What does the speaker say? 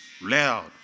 loud